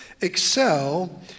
excel